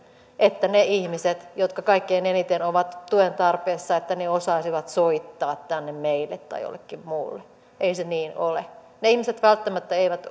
että ne ihmiset jotka kaikkein eniten ovat tuen tarpeessa osaisivat soittaa tänne meille tai jollekin muulle ei se niin ole ne ihmiset välttämättä eivät